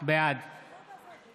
בעד